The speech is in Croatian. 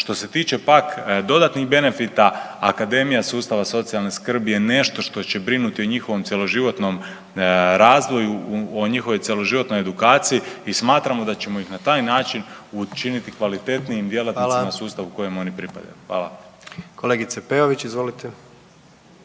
Što se tiče pak dodatnih benefita, akademija sustava socijalne skrbi je nešto što će brinuti o njihovom cjeloživotnom razvoju, o njihovoj cjeloživotnoj edukaciji i smatramo da ćemo ih na taj način učiniti kvalitetnijim djelatnicima …/Upadica: Hvala./… u sustavu kojem oni pripadaju. Hvala. **Jandroković, Gordan